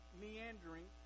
meandering